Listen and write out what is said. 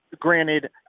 Granted